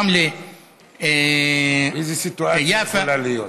רמלה, יפו, איזו סיטואציה יכולה להיות?